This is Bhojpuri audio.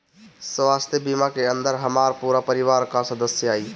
स्वास्थ्य बीमा के अंदर हमार पूरा परिवार का सदस्य आई?